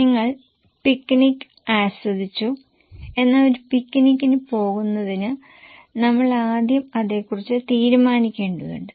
നിങ്ങൾ പിക്നിക് ആസ്വദിച്ചു എന്നാൽ ഒരു പിക്നിക്കിന് പോകുന്നതിന് നമ്മൾ ആദ്യം അതേക്കുറിച്ചു തീരുമാനിക്കേണ്ടതുണ്ട്